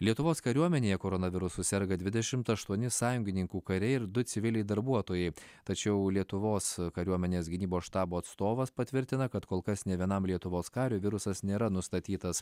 lietuvos kariuomenėje koronavirusu serga dvidešimt aštuoni sąjungininkų kariai ir du civiliai darbuotojai tačiau lietuvos kariuomenės gynybos štabo atstovas patvirtina kad kol kas nė vienam lietuvos kariui virusas nėra nustatytas